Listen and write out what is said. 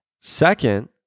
Second